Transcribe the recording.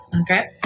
Okay